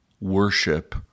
worship